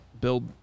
build